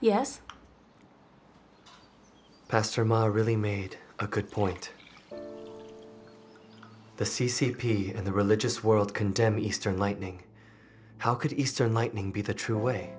yes pastor maher really made a good point the c c p in the religious world condemn eastern lightning how could eastern lightning be the true way